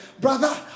brother